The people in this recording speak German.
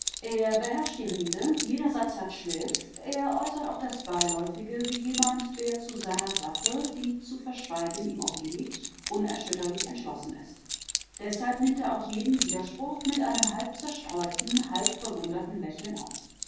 er beherrscht die rede jeder satz hat schliff er äußert auch das beiläufige wie jemand der zu seiner sache die zu verschweigen ihm obliegt unerschütterlich entschlossen ist deshalb nimmt er auch jeden widerspruch mit einem halb zerstreuten halb verwunderten lächeln auf